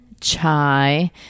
chai